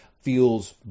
feels